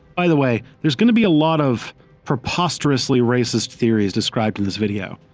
by the way, there's going to be a lot of preposterously racist theories described in this video.